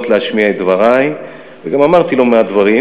להשמיע את דברי וגם אמרתי לא מעט דברים.